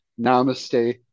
namaste